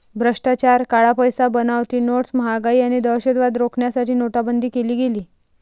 भ्रष्टाचार, काळा पैसा, बनावटी नोट्स, महागाई आणि दहशतवाद रोखण्यासाठी नोटाबंदी केली गेली